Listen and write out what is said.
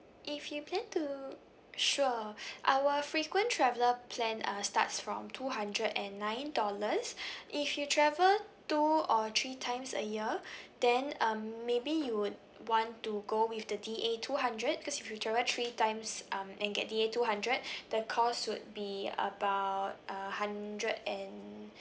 if you plan to sure our frequent traveller plan uh starts from two hundred and nine dollars if you travel two or three times a year then um maybe you would want to go with the D_A two hundred cause if you travel three times um and get D_A two hundred the cost would be about uh hundred and